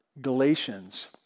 Galatians